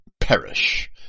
perish